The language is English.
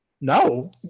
No